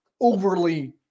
overly